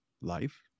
life